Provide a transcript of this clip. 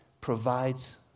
provides